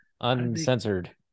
uncensored